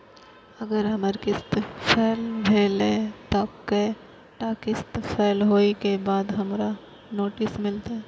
अगर हमर किस्त फैल भेलय त कै टा किस्त फैल होय के बाद हमरा नोटिस मिलते?